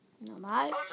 Normal